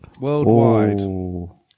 worldwide